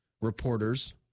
reporters